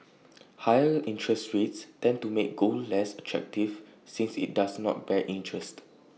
higher interest rates tend to make gold less attractive since IT does not bear interest